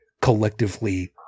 collectively